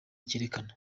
cyerekana